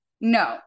No